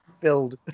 build